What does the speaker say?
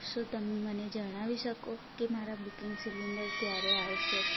શું તમે મને જણાવી શકો કે મારા બુકિંગ સિલિન્ડર ક્યારે આવશે